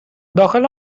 داخل